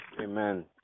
Amen